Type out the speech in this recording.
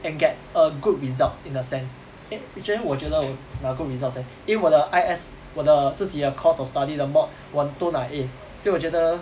and get a good results in a sense eh 为什么我觉得我拿 good results leh 因为我的 I_S 我的自己的 course of study 的 mod 我都拿 a 所以我觉得